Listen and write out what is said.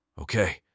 Okay